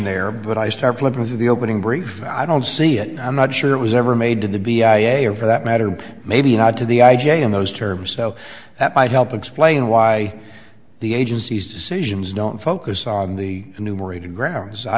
there but i start flipping through the opening brief i don't see it and i'm not sure it was ever made to the b i a or for that matter maybe not to the i j in those terms so that might help explain why the agencies decisions don't focus on the numerator grounds i